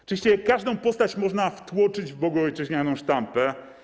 Oczywiście każdą postać można wtłoczyć w bogoojczyźnianą sztampę.